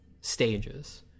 stages